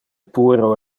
puero